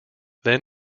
then